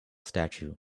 statue